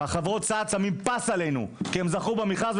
וחברות הסעד שמים פס עלינו, כי הם זכו במכרז.